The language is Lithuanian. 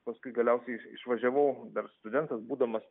paskui galiausiai išvažiavau dar studentas būdamas